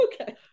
Okay